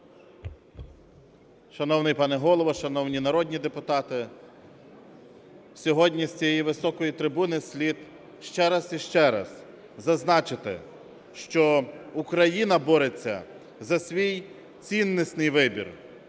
Шановний пане Голово, шановні народні депутати! Сьогодні з цієї високої трибуни слід ще раз і ще раз зазначити, що Україна бореться за свій ціннісний вибір,